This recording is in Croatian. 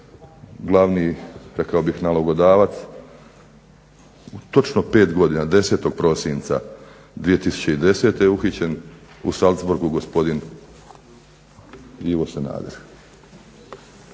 glavni rekao bih nalogodavac točno 5 godina 10. prosinca 2010. godine je uhićen u Salzburgu gospodin Ivo Sanader.